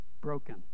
broken